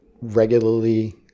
regularly